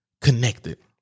connected